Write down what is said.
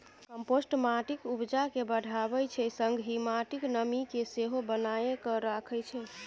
compost माटिक उपजा केँ बढ़ाबै छै संगहि माटिक नमी केँ सेहो बनाए कए राखै छै